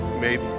made